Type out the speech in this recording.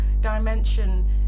dimension